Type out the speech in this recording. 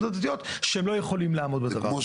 הדתיות שהם לא יכולים לעמוד בדבר הזה.